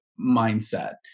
mindset